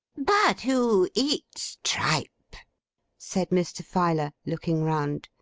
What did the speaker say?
but who eats tripe said mr. filer, looking round.